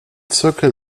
zirkel